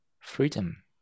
freedom